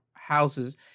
houses